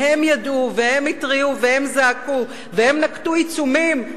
והם ידעו, והם התריעו והם זעקו, והם נקטו עיצומים.